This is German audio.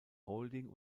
holding